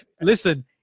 Listen